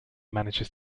manages